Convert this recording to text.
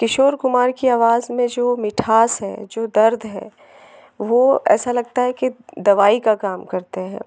किशोर कुमार की आवाज में जो मिठास है जो दर्द है वो ऐसा लगता है कि दवाई का काम करते हैं